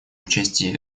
участии